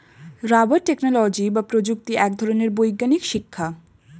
rubber technology বা প্রযুক্তি এক ধরনের বৈজ্ঞানিক শিক্ষা